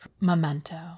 memento